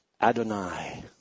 Adonai